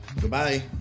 Goodbye